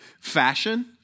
fashion